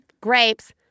grapes